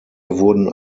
wurden